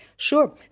Sure